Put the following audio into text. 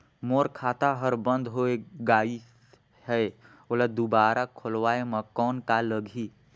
मोर खाता हर बंद हो गाईस है ओला दुबारा खोलवाय म कौन का लगही?